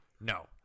No